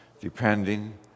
depending